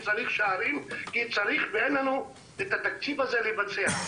צריך שערים ואין לנו תקציב לבצע.